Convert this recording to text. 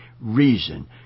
reason